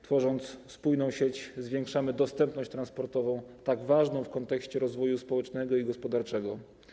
Tworząc spójną sieć, zwiększamy dostępność transportową, tak ważną w kontekście rozwoju społecznego i gospodarczego.